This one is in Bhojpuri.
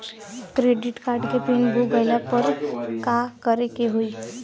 क्रेडिट कार्ड के पिन भूल गईला पर का करे के होई?